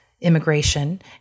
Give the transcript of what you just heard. immigration